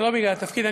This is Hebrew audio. זה לא בגלל התפקיד.